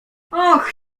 och